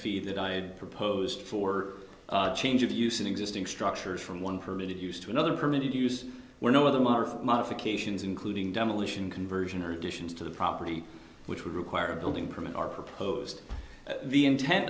fee that i proposed for a change of use an existing structure from one permitted use to another permitted use were no other march modifications including demolition conversion or additions to the property which would require a building permit or proposed the intent